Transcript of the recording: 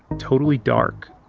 totally dark.